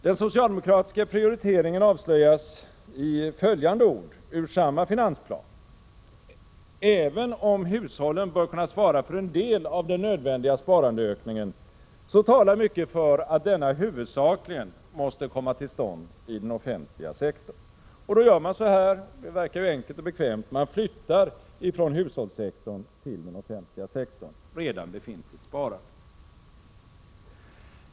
Den socialdemokratiska prioriteringen avslöjas i följande ord ur samma finansplan: ”Även om hushållen bör kunna svara för en del av den nödvändiga sparandeökningen, så talar mycket för att denna huvudsakligen måste komma till stånd i den offentliga sektorn.” Och då gör man på så sätt att man — och det verkar ju vara enkelt och bekvämt — flyttar från hushållssektorn redan befintligt sparande till den offentliga sektorn.